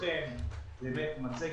לכבודכם הכנתי מצגת.